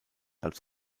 als